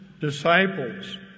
disciples